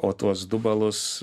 o tuos du balus